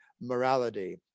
morality